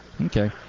Okay